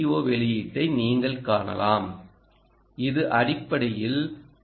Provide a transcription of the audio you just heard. ஓ வெளியீட்டை நீங்கள் காணலாம் இது அடிப்படையில் 2